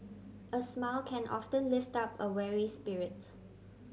a smile can often lift up a weary spirit